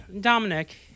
Dominic